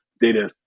data